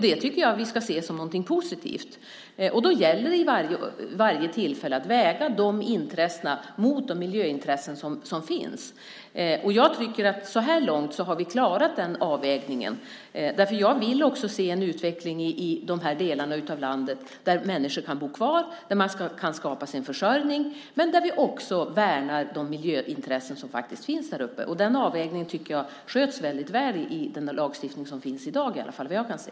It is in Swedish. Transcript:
Det tycker jag att vi ska se som någonting positivt. Det gäller att vid varje tillfälle väga de intressena mot de miljöintressen som finns. Så här långt har vi klarat den avvägningen. Jag vill också se en utveckling i de här delarna av landet där människor kan bo kvar, där man kan skapa sig en försörjning men där vi också värnar de miljöintressen som finns häruppe. Den avvägningen tycker jag sköts väldigt väl i den lagstiftning som finns i dag, i varje fall vad jag kan se.